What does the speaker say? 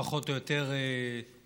פחות או יותר דומה,